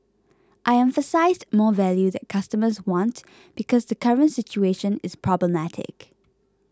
I emphasised more value that customers want because the current situation is problematic